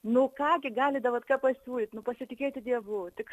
nu ką gi gali davatka pasiūlyt nu pasitikėti dievu tik